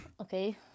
Okay